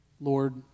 Lord